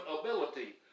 ability